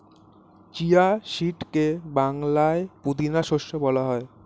chia সিডকে বাংলায় পুদিনা শস্য বলা হয়